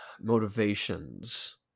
motivations